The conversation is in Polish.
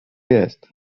jest